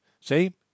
See